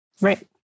Right